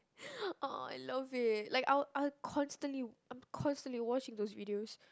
!aww! I love it like I'll I'll constantly I'm constantly watching those videos